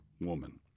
woman